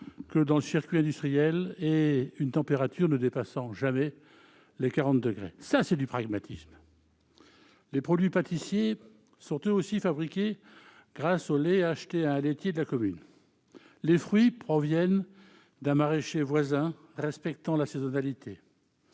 que dans le circuit industriel et une température ne dépassant jamais les 40 degrés : ça, c'est du pragmatisme ! Les produits pâtissiers sont, eux aussi, fabriqués grâce au lait acheté à un laitier de la commune. Les fruits proviennent d'un maraîcher voisin respectant la saisonnalité.